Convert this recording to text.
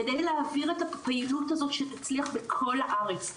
כדי להעביר את הפעילות הזו שתצליח בכל הארץ,